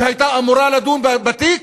שהייתה אמורה לדון בתיק,